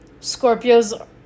scorpios